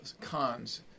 cons